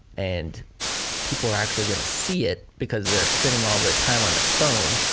and people are actually gonna see it because they're spending all their time on their phone.